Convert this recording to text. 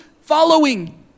following